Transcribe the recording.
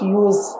use